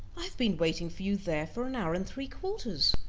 i have been waiting for you there for an hour and three-quarters.